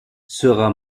sera